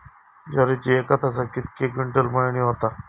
ज्वारीची एका तासात कितके क्विंटल मळणी होता?